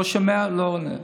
לא שומע, לא עונה.